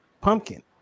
pumpkin